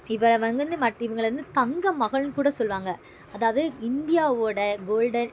இவர் வந்து ம இவங்களை வந்து தங்க மகள்னு கூட சொல்வாங்கள் அதாவது இந்தியாவோடய கோல்டன்